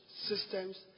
systems